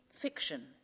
Fiction